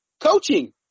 Coaching